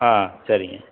ஆ சரிங்க